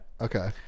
Okay